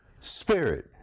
spirit